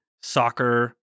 soccer